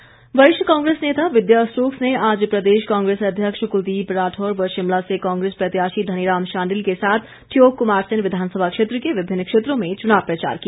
Stokes वरिष्ठ कांग्रेस नेता विद्या स्टोक्स ने आज प्रदेश कांग्रेस अध्यक्ष कुलदीप राठौर व शिमला से कांग्रेस प्रत्याशी धनीराम शांडिल के साथ ठियोग कुमारसेन विधानसभा क्षेत्र के विभिन्न क्षेत्रों में चुनाव प्रचार किया